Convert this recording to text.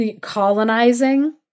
colonizing